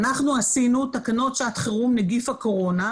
אנחנו עשינו תקנות שעת חירום (נגיף הקורונה),